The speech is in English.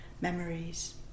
memories